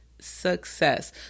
success